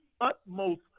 utmost